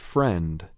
Friend